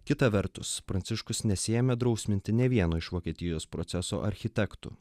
kita vertus pranciškus nesiėmė drausminti nė vieno iš vokietijos proceso architektų